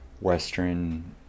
Western